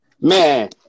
Man